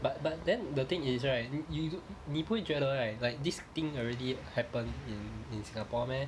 but but then the thing is right you 你不会觉得 right like this thing already happen in in singapore meh